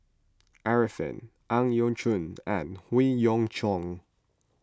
Arifin Ang Yau Choon and Howe Yoon Chong